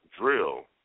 drill